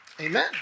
Amen